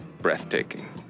breathtaking